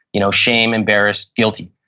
you know shame, embarrassed, guilty.